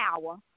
hour